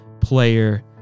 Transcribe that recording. player